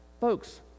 Folks